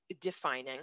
defining